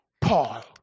Paul